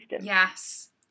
Yes